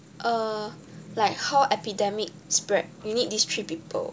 uh like how epidemic spread you need this three people